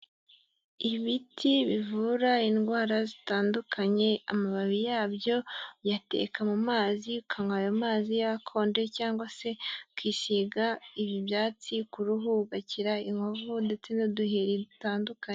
Ibiti bivura indwara zitandukanye amababi yabyo uyateka mu mazi ukanywa ayo mazi yakonje cyangwa se ukisiga ibi ibyatsi kuruhu ugakira inkovu ndetse n'uduheri dutandukanye.